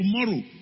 tomorrow